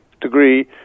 degree